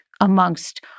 amongst